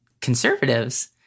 conservatives